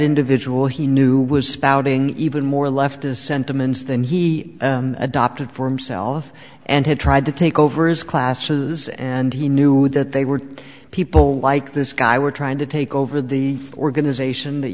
individual he knew was spouting even more leftist sentiments than he adopted for himself and had tried to take over his classes and he knew that they were people like this guy were trying to take over the organization that